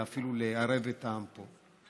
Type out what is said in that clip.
אלא אפילו לערב את העם פה,